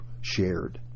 shared